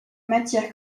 matières